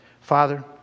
Father